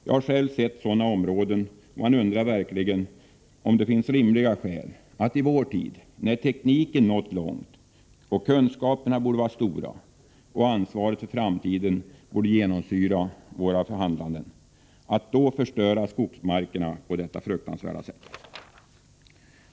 Jag har själv sett sådana områden, och jag undrar verkligen om det finns rimliga skäl att i vår tid — när tekniken har nått långt och kunskaperna borde vara stora samt ansvaret för framtiden borde genomsyra vårt handlande — förstöra skogsområdena på detta fruktansvärda sätt.